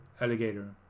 alligator